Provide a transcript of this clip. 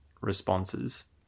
responses